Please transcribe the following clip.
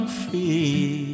free